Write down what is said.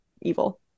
evil